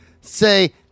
Say